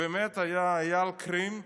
באמת היה אייל קרים,